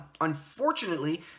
Unfortunately